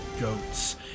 goats